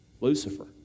Lucifer